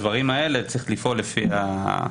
במקרים ספציפיים כאלה צריך לפעול לפי ההיתר,